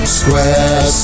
square